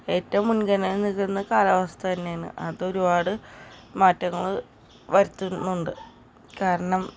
ഏറ്റവും മുൻഗണനയിൽ നിൽക്കുന്ന കാലാവസ്ഥ തന്നെയാണ് അത് ഒരുപാട് മാറ്റങ്ങൾ വരുത്തുന്നുണ്ട് കാരണം